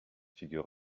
figure